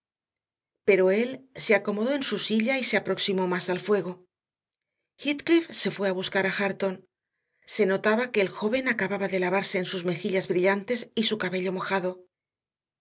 pero él se acomodó en su silla y se aproximó más al fuego heathcliff se fue a buscar a hareton se notaba que el joven acababa de lavarse en sus mejillas brillantes y su cabello mojado